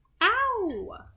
Ow